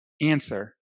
Answer